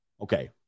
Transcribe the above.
Okay